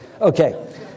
Okay